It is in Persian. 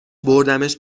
بردمش